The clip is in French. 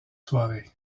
soirée